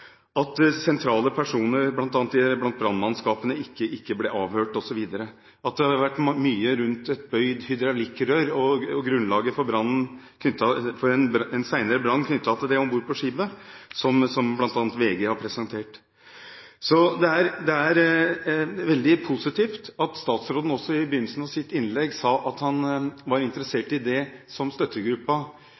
at sentrale personer, bl.a. blant brannmannskapene, ikke ble avhørt osv., og at det har vært mye rundt et bøyd hydraulikkrør og grunnlaget for en senere brann knyttet til det om bord på skipet, som bl.a. VG har presentert. Det var veldig positivt at statsråden i begynnelsen av sitt innlegg sa at han var interessert i det som